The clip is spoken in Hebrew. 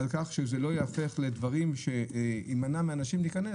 שזה לא ייהפך לדברים שימנעו מאנשים להיכנס.